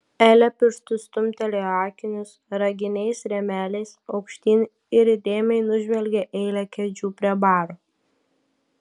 elė pirštu stumtelėjo akinius raginiais rėmeliais aukštyn ir įdėmiai nužvelgė eilę kėdžių prie baro